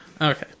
Okay